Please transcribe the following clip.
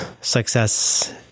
Success